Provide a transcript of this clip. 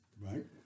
Right